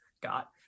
got